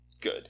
good